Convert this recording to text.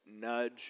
nudge